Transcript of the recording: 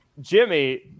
Jimmy